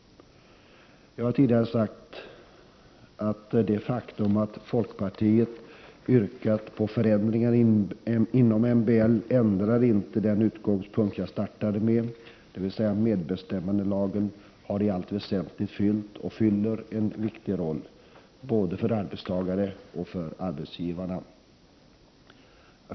Jag har tidigare sagt att det faktum att folkpartiet yrkat på förändringar inom MBL inte ändrar den utgångspunkt jag startade med, dvs. att medbestämmandelagen har i allt väsentligt spelat och spelar en viktig roll, både för arbetstagare och för arbetsgivare.